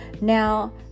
Now